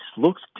looks